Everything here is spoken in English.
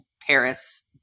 Paris